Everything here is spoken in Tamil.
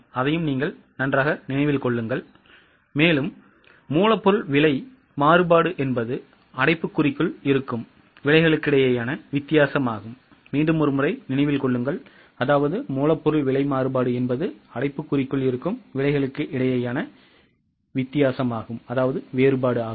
எனவே மூலப்பொருள் விலை மாறுபாடு என்பது அடைப்புக்குறிக்குள் இருக்கும் விலைகளுக்கிடையேயான வித்தியாசமாகும்